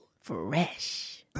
fresh